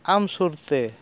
ᱟᱢ ᱥᱩᱨᱛᱮ